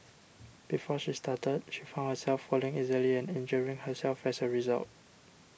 before she started she found herself falling easily and injuring herself as a result